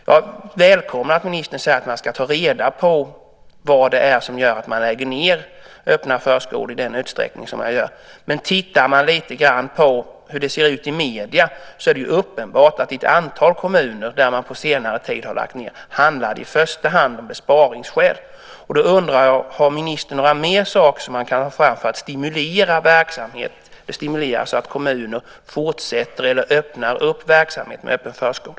Jag välkomnar att ministern säger att man ska ta reda på vad det är som gör att man lägger ned öppna förskolor i den utsträckning som man gör. Om man tittar på hur det ser ut i medierna så är det uppenbart att det i första hand handlar om besparingsskäl i ett antal kommuner där man på senare tid har lagt ned. Därför undrar jag om ministern har några fler saker som man kan ta fram för att stimulera verksamheten så att kommuner fortsätter eller öppnar verksamhet med öppen förskola.